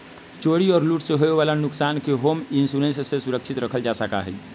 चोरी और लूट से होवे वाला नुकसान के होम इंश्योरेंस से सुरक्षित रखल जा सका हई